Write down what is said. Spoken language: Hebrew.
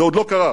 זה עוד לא קרה.